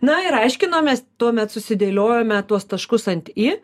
na ir aiškinomės tuomet susidėliojome tuos taškus ant i